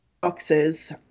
boxes